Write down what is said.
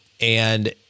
and-